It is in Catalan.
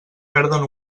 perden